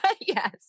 Yes